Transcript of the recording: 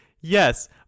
Yes